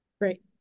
Great